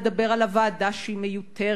להגיד על הוועדה שהיא מיותרת,